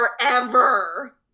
forever